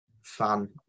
fan